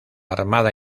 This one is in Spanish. armada